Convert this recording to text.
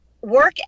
work